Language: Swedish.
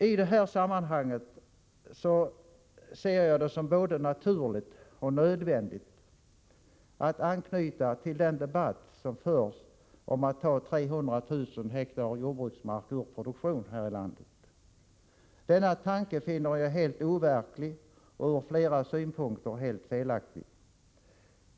I detta sammanhang ser jag det som både naturligt och nödvändigt att anknyta till den debatt som förs om att ta 300 000 hektar jordbruksmark ur produktion här i landet. Denna tanke finner jag helt overklig och ur flera synpunkter helt felaktig.